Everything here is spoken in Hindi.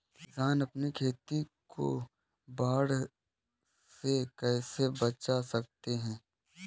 किसान अपनी खेती को बाढ़ से कैसे बचा सकते हैं?